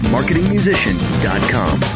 MarketingMusician.com